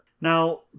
Now